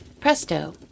Presto